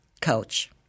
coach